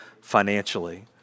financially